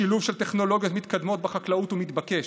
השילוב של טכנולוגיות מתקדמות בחקלאות הוא מתבקש.